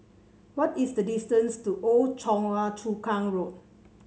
what is the distance to Old Choa Chu Kang Road